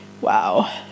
Wow